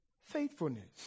faithfulness